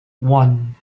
one